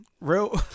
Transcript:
Real